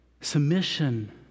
Submission